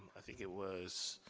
i think it was,